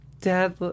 dad